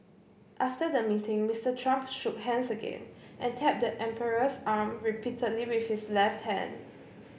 after the meeting Mister Trump shook hands again and tapped the emperor's arm repeatedly with his left hand